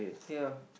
here